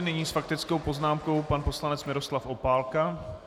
Nyní s faktickou poznámkou pan poslanec Miroslav Opálka.